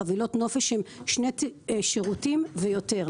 חבילות נופש הן שני שירותים ויותר,